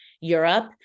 Europe